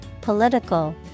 political